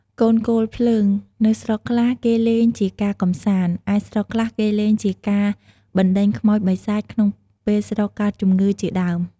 កូនគោលភ្លើង នៅស្រុកខ្លះគេលេងជាការកម្សាន្ដ ឯស្រុកខ្លះគេលងជាការបរណ្ដេញខ្មោចបិសាចក្នុងពេលស្រុកកើតជម្ងឺជាដើម។